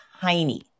tiny